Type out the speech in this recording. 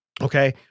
Okay